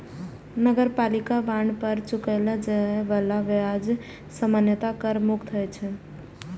नगरपालिका बांड पर चुकाएल जाए बला ब्याज सामान्यतः कर मुक्त होइ छै